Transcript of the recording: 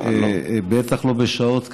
בטח לא בשעות כאלה,